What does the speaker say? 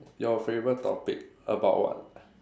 your favorite topic about what